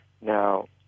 Now